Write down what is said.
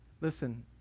Listen